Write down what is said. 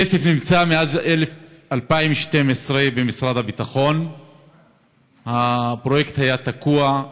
הכסף נמצא במשרד הביטחון מאז 2012. הפרויקט היה תקוע.